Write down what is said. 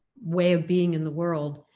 way of being in the world,